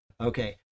Okay